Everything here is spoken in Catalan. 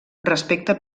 respecte